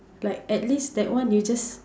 like at least that one you just